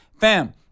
Fam